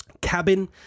cabin